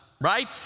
right